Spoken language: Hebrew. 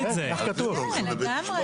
אומרת שבנוסף צריך לקדם את הפקדת